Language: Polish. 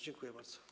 Dziękuję bardzo.